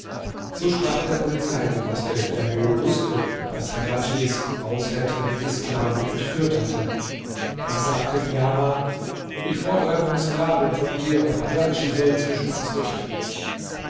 so sprach der polizeioberste der wohl wußte daß hadjadjs haushälterin die sklavin entführt hatte da sagte niamah ich fordere meine sklavin von dir und hadjadj soll zwischen uns richten